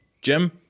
Jim